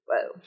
whoa